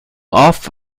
off